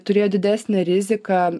turėjo didesnę riziką